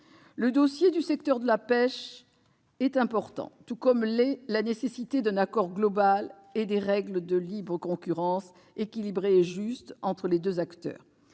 Le dossier du secteur de la pêche est important, tout comme l'est la nécessité d'un accord global et de règles justes et équilibrées de libre concurrence entre les deux acteurs.